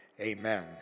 Amen